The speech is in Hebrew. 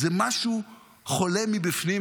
זה משהו חולה מבפנים,